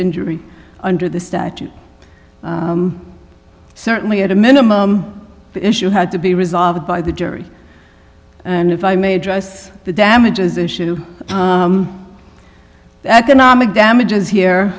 injury under the statute certainly at a minimum the issue had to be resolved by the jury and if i may dress the damages issue economic damages here